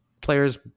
players